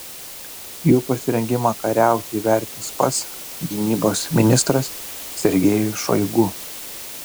jų pasirengimą kariauti įvertins pats gynybos ministras sergejus šoigu